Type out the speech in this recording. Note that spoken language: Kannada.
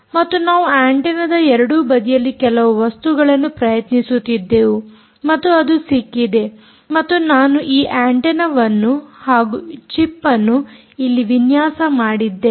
ಮತ್ತು ನಾವು ಆಂಟೆನ್ನದ ಎರಡೂ ಬದಿಯಲ್ಲಿ ಕೆಲವು ವಸ್ತುಗಳನ್ನು ಪ್ರಯತ್ನಿಸುತ್ತಿದ್ದೆವು ಮತ್ತು ಇದು ಸಿಕ್ಕಿದೆ ಮತ್ತು ನಾನು ಈ ಆಂಟೆನ್ನವನ್ನು ಹಾಗೂ ಚಿಪ್ ಅನ್ನು ಇಲ್ಲಿ ವಿನ್ಯಾಸ ಮಾಡಿದ್ದೇನೆ